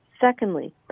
Secondly